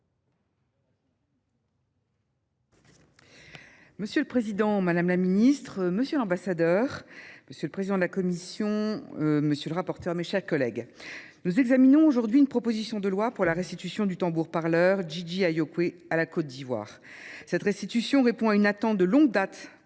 M. le Président, Mme la Ministre, M. l'Ambassadeur, M. le Président de la Commission, M. le Rapporteur, mes chers collègues. Nous examinons aujourd'hui une proposition de loi pour la restitution du tambour-parleur Gigi Ayokwe à la Côte d'Ivoire. Cette restitution répond à une attente de longue date